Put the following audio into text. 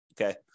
Okay